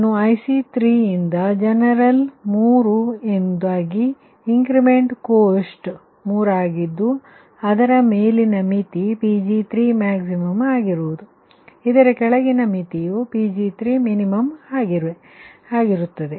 ಮತ್ತು ಇದು IC3 ಯಿಂದ ಜನರಲ್ ಮೂರು ಎಂದಾದರೆ ಇಂಕ್ರಿಮೆಂಟಲ್ ಕೋಸ್ಟ್ ಮೂರಾಗಿದ್ದು ಅದರ ಮೇಲಿನ ಮಿತಿ Pg3max ಆಗಿರುತ್ತದೆ ಇಲ್ಲಿ ಅದರ ಕೆಳಗಿನ ಮಿತಿ Pg3min ಆಗಿರುತ್ತದೆ